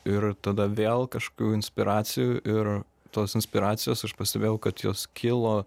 ir tada vėl kažkokių inspiracijų ir tos inspiracijos aš pastebėjau kad jos kilo